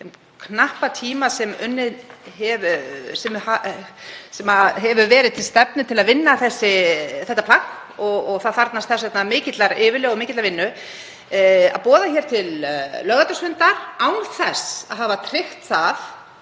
knappa tíma sem hefur verið til stefnu til að vinna það plagg, og það þarfnast þess vegna mikillar yfirlegu og mikillar vinnu, að boða til laugardagsfundar án þess að hafa tryggt að